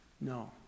No